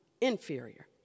inferior